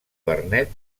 vernet